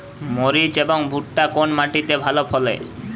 মরিচ এবং ভুট্টা কোন মাটি তে ভালো ফলে?